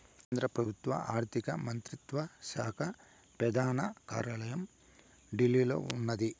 కేంద్ర పెబుత్వ ఆర్థిక మంత్రిత్వ శాక పెదాన కార్యాలయం ఢిల్లీలో ఉన్నాది